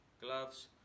gloves